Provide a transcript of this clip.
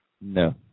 No